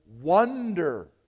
wonder